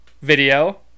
video